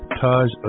Taj